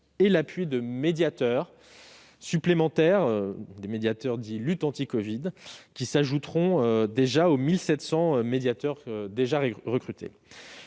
avec l'appui de médiateurs supplémentaires, dits « lutte anti-covid », qui s'ajouteront aux 1 700 médiateurs déjà recrutés.